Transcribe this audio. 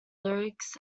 lyrics